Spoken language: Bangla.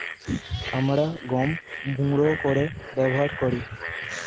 আমরা গম গুঁড়ো করে ব্যবহার করি